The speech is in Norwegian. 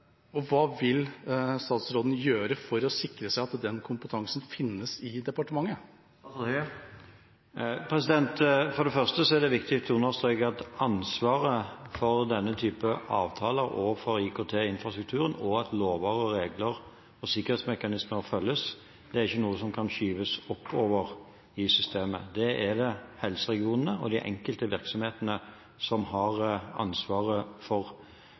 Hva vil statsråden gjøre for å sikre at den kompetansen finnes i departementet? For det første er det viktig å understreke at ansvaret for denne typen avtaler, for IKT-infrastrukturen og for at lover, regler og sikkerhetsmekanismer følges, ikke er noe som kan skyves oppover i systemet. Det er det helseregionene og de enkelte virksomhetene som har ansvaret for.